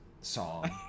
song